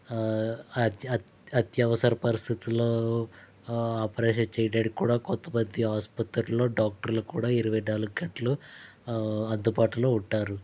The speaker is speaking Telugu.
అత్య అత్యవసర పరిస్థితులలో ఆపరేషన్ చేయడానికి కూడా కొంతమంది ఆసుపత్రిలో డాక్టర్లు కూడా ఇరవై నాలుగు గంటలు అందుబాటులో ఉంటారు